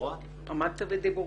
עמדת בדיבורך.